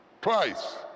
Twice